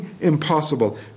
impossible